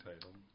title